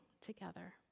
together